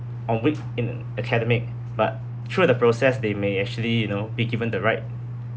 on weak in an academic but through the process they may actually you know be given the right